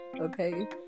okay